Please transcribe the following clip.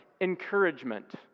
Encouragement